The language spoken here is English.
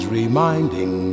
reminding